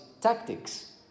tactics